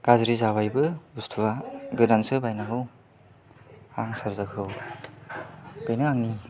गाज्रि जाबायबो बुस्थुवा गोदानसो बायनांगौ आं चार्जार खौ बेनो आंनि